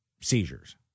seizures